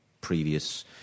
previous